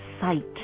Sight